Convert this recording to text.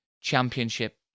championship